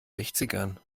sechzigern